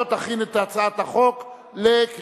אני קובע שהצעת חוק לתיקון פקודת מס